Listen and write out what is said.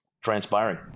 transpiring